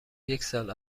یکسال